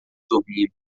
dormindo